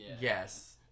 Yes